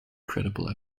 credible